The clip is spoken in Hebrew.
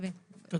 פז